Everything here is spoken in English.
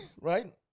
Right